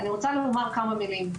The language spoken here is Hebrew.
אני רוצה לומר כמה מילים.